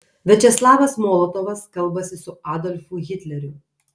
viačeslavas molotovas kalbasi su adolfu hitleriu